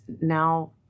now